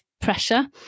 pressure